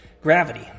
Gravity